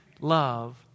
love